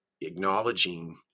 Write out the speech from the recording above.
acknowledging